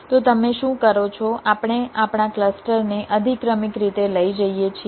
તો તમે શું કરો છો આપણે આપણા ક્લસ્ટરને અધિક્રમિક રીતે લઈ જઈએ છીએ